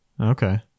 Okay